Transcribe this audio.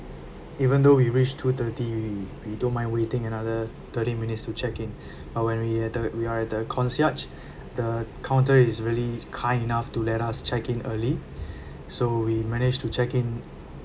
even though we reach two thirty we we don't mind waiting another thirty minutes to check in uh when we at the we are at the concierge the counter is really kind enough to let us check in early so we managed to check in